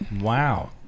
Wow